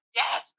yes